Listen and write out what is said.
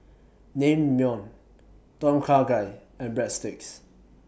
Naengmyeon Tom Kha Gai and Breadsticks